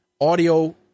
audio